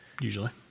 Usually